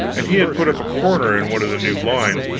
and he had put up a corner in one of the new lines,